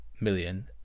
million